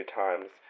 times